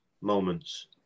moments